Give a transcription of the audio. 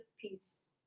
peace